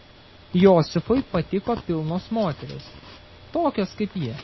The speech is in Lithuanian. josifui patiko pilnos moterys tokios kaip ji